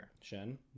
Shen